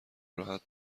راحت